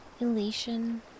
elation